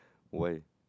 why